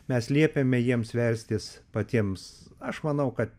mes liepiame jiems verstis patiems aš manau kad